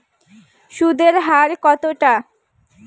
সুদের হার কতটা?